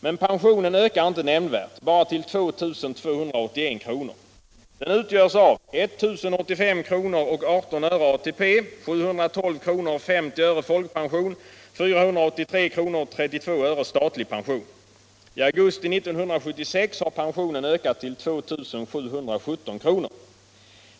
Men pensionen ökar inte nämnvärt, bara till 2 281 kr. Den utgörs av 1 085:18 ATP, 712:50 folkpension, 483:32 statlig pension. I augusti 1976 har pensionen ökats till 2 717 kr.